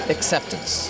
Acceptance